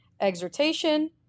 exhortation